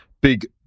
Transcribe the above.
big